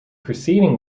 preceding